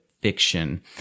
Fiction